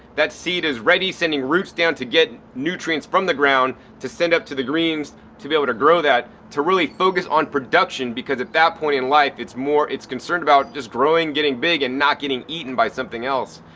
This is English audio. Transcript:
that seed is ready sending roots down to get nutrients from the ground to send up to the greens to be able to grow that to really focus on production because at that point in life it's concerned about just growing, getting big and not getting eaten by something else,